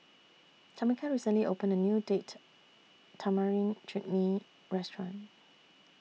Tamika recently opened A New Date Tamarind Chutney Restaurant